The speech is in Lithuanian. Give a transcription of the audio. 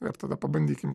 ir tada pabandykim